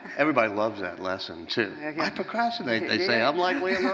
everybody loves that lesson too. i procrastinate, they say. i'm like